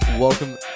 Welcome